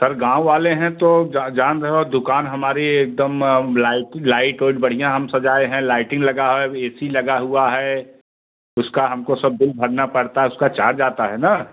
sir गाँव वाले हैं तो जान रहे हो दुकान हमारी एकदम लाइटी ओइट बढ़िया हम सजाए हैं लाइटिंग लगा है ऐसी लगा हुआ है उसका हमको सब बिल भरना पड़ता है उसका चार्ज आता है न